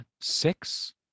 six